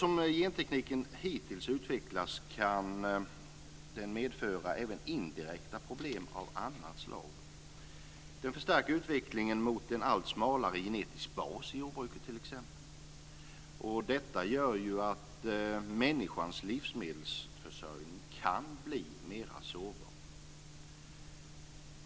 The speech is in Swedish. Som gentekniken hittills utvecklats kan den medföra även indirekta problem av annat slag. Den förstärker utvecklingen mot en allt smalare genetisk bas i jordbruket t.ex., och detta gör att människans livsmedelsförsörjning kan bli mera sårbar.